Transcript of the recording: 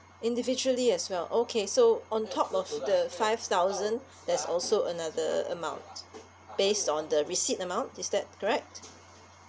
individually as well okay so on top of the five thousand there's also another amount based on the receipt amount is that correct